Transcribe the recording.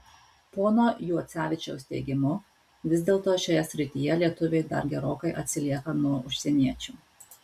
pono juocevičiaus teigimu vis dėlto šioje srityje lietuviai dar gerokai atsilieka nuo užsieniečių